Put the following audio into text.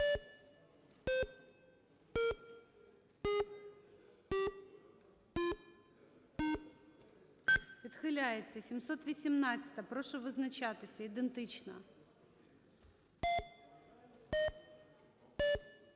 Відхиляється. 718-а. Прошу визначатися. Ідентична.